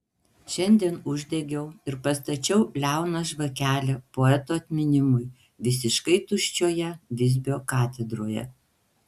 šiandien uždegiau ir pastačiau liauną žvakelę poeto atminimui visiškai tuščioje visbio katedroje